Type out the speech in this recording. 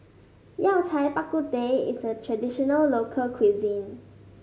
Yao Cai Bak Kut Teh is a traditional local cuisine